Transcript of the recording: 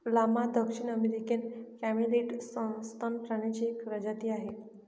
llama दक्षिण अमेरिकी camelid सस्तन प्राण्यांची एक प्रजाती आहे